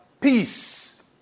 peace